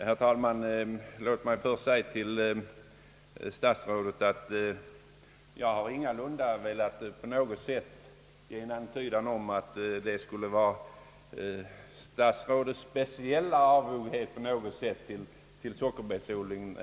Herr talman! Låt mig först säga att jag ingalunda velat på något sätt antyda en statsrådets speciella avoghet till sockerbetsodlingen.